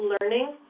learning